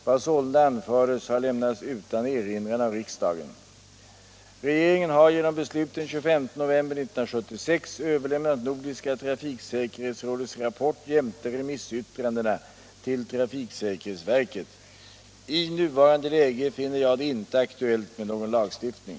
Vad sålunda anfördes har lämnats utan erinran av riksdagen. Regeringen har genom beslut den 25 november 1976 överlämnat Nordiska trafiksäkerhetsrådets rapport jämte remissyttrandena till trafiksäkerhetsverket. I nuvarande läge finner jag det inte aktuellt med någon lagstiftning.